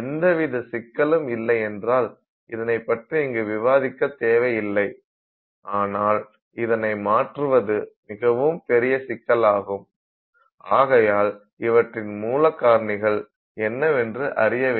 எந்தவித சிக்கலும் இல்லை என்றால் இதனைப்பற்றி இங்கு விவாதிக்க தேவையில்லை ஆனால் இதனை மாற்றுவது மிகவும் பெரிய சிக்கலாகும் ஆகையால் இவற்றின் மூல காரணிகள் என்னவென்று அறிய வேண்டும்